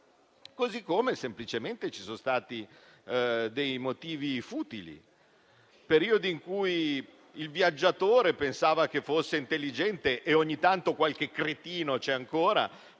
successo semplicemente per motivi futili: periodi in cui il viaggiatore pensava che fosse intelligente (e ogni tanto qualche cretino c'è ancora)